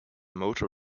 motor